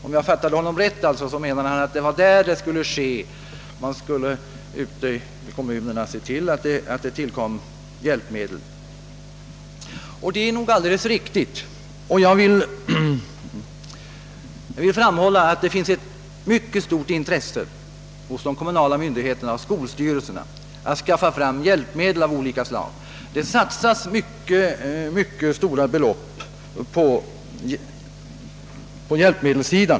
Om jag fattade honom rätt menade han, att man ute i kommunerna borde se till att sådana hjälpmedel anskaffades. Detta kan nog vara riktigt, och jag vill framhålla, att det finns ett mycket stort intresse hos de kommunala myndigheterna och skolstyrelserna för att skaffa fram hjälpmedel av olika slag; man satsar redan stora belopp till sådana hjälpmedel.